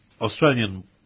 Australian